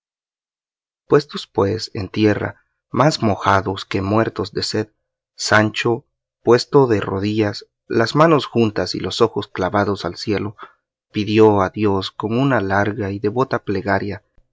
puestos pues en tierra más mojados que muertos de sed sancho puesto de rodillas las manos juntas y los ojos clavados al cielo pidió a dios con una larga y devota plegaria